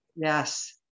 Yes